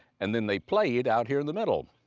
and then they played out here in the middle.